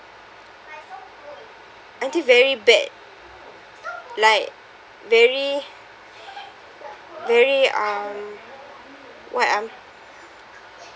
until very bad like very very um what um